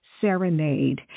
Serenade